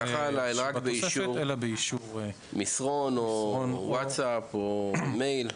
אלא רק באישור מסרון, וואטסאפ או מייל.